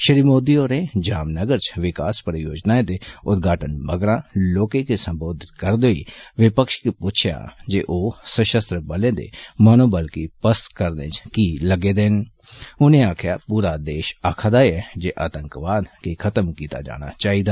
श्री मोदी होरें जामनगर च विकास परियोजनाएं दे उदघाटन मगरा लोकें गी सम्बोधित करदे होई विपक्ष गी पुच्छेआ जे ओह् सषस्त्र बलें दे मनोबल गी पस्त करने च की लग्गे दे न उनें आक्खेआ पूरा देष आखा दा ऐ जे आतंकवाद गी खत्म कीत्ता जाना चाईदा